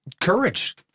courage